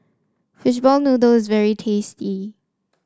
Fishball Noodle is very tasty